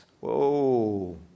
Whoa